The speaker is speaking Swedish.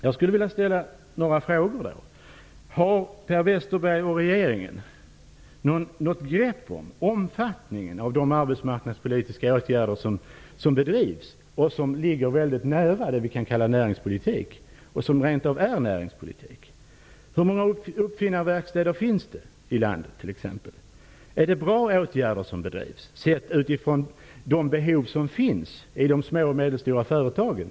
Westerberg och regeringen något grepp om omfattningen av de arbetsmarknadspolitiska åtgärder som bedrivs och som ligger mycket nära det som vi kan kalla näringspolitik, ja, som rent av är näringspolitik? Hur många uppfinnarverkstäder finns det t.ex. i landet? Är de åtgärder som vidtas bra utifrån de behov som finns i de små och medelstora företagen?